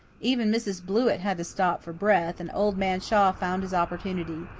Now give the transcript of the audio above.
even mrs. blewett had to stop for breath, and old man shaw found his opportunity.